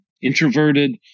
introverted